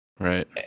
Right